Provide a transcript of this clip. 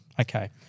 Okay